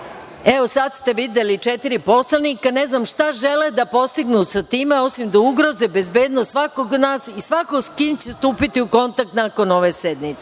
sada ste videli četiri poslanika, ne znam šta žele da postignu sa time, osim da ugroze bezbednost svakog od nas i svakog s kim će stupiti u kontakt nakon ove